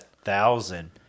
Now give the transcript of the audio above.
thousand